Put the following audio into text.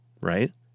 right